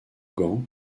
gand